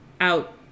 out